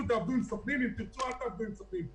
מנכ"ל חברת ביטוח בחיים שלו לא תיקן רכב אחרי תאונה,